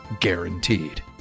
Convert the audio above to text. guaranteed